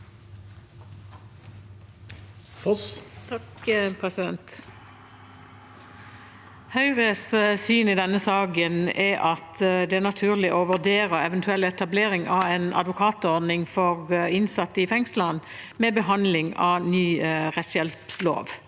Høyres syn i denne sa- ken er at det er naturlig å vurdere en eventuell etablering av en advokatordning for innsatte i fengslene ved behandlingen av forslaget